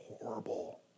horrible